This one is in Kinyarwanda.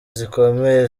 zikomeye